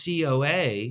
COA